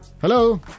Hello